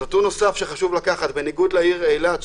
נתון נוסף שחשוב להבין שבניגוד לעיר אילת,